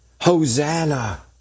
Hosanna